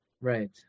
Right